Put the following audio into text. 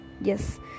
yes